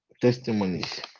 testimonies